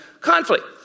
conflict